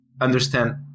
understand